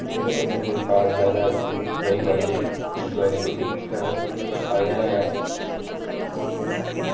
ते एह्दकन्नै कोई खास जादा दुआई पाई इस बारी कोई फायदा निं होआ